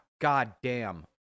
goddamn